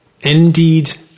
indeed